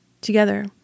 together